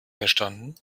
verstanden